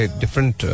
different